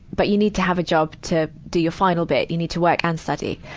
but you need to have a job to do you final bit you need to work and study.